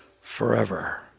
forever